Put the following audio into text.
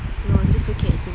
no I'm just looking at things